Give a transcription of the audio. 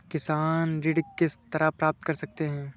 किसान ऋण किस तरह प्राप्त कर सकते हैं?